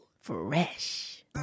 Fresh